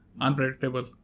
unpredictable